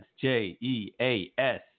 J-E-A-S